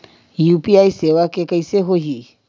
UPI सेवा के कइसे होही?